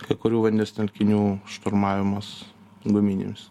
kai kurių vandens telkinių šturmavimas guminėms